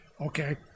okay